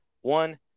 One